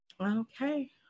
Okay